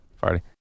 Party